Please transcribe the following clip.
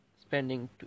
spending